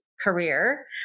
career